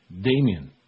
Damien